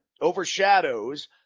overshadows